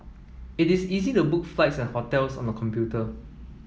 it is easy to book flights and hotels on the computer